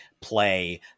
Play